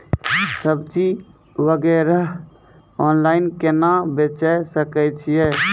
सब्जी वगैरह ऑनलाइन केना बेचे सकय छियै?